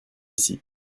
ici